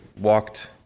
walked